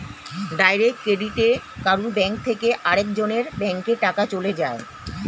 direct ক্রেডিটে কারুর bank থেকে আরেক জনের ব্যাংকে টাকা চলে যায়